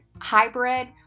hybrid